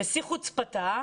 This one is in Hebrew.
בשיא חוצפתה,